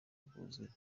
rwuzuye